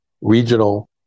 regional